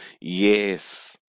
Yes